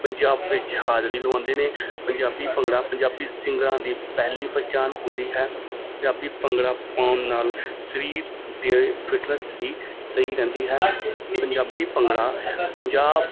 ਪੰਜਾਬ ਵਿੱਚ ਹਾਜਰੀ ਲਵਾਉਂਦੇ ਨੇ ਪੰਜਾਬੀ ਭੰਗੜਾ ਪੰਜਾਬੀ ਸਿੰਗਰਾਂ ਦੀ ਪਹਿਲੀ ਪਹਿਚਾਣ ਹੁੰਦੀ ਹੈ ਪੰਜਾਬੀ ਭੰਗੜਾ ਪਾਉਣ ਨਾਲ ਸਰੀਰ ਦੀ ਫਿਟਨੈਸ ਵੀ ਸਹੀ ਰਹਿੰਦੀ ਹੈ ਪੰਜਾਬੀ ਭੰਗੜਾ ਪੰਜਾਬ